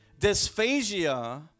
Dysphagia